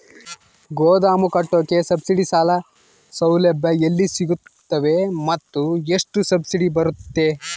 ಗೋದಾಮು ಕಟ್ಟೋಕೆ ಸಬ್ಸಿಡಿ ಸಾಲ ಸೌಲಭ್ಯ ಎಲ್ಲಿ ಸಿಗುತ್ತವೆ ಮತ್ತು ಎಷ್ಟು ಸಬ್ಸಿಡಿ ಬರುತ್ತೆ?